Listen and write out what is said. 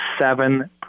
seven